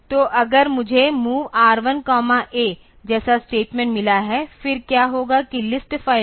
तो अगर मुझे MOV R1 A जैसा स्टेटमेंट मिला है फिर क्या होगा कि लिस्ट फ़ाइल में